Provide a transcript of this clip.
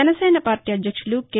Janasena party అధ్యక్షులు K